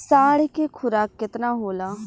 साँढ़ के खुराक केतना होला?